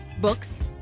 books